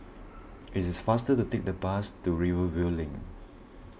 it is faster to take the bus to Rivervale Link